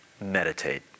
Meditate